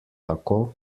tako